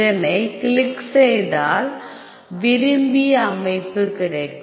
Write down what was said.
இதனை கிளிக் செய்தால் விரும்பிய அமைப்பு கிடைக்கும்